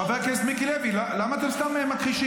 חבר הכנסת מיקי לוי, למה אתם סתם מכחישים?